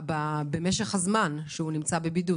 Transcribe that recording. במשך הזמן שהוא נמצא בבידוד.